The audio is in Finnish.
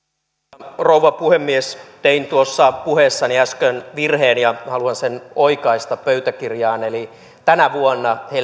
arvoisa rouva puhemies tein tuossa puheessani äsken virheen ja haluan sen oikaista pöytäkirjaan tänä vuonna